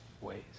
ways